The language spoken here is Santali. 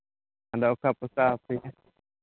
ᱟᱫᱚ ᱚᱠᱟ ᱯᱚᱥᱟᱣ ᱟᱯᱮᱭᱟ